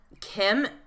Kim –